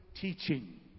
teaching